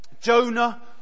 Jonah